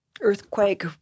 earthquake